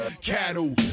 Cattle